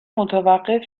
متوقف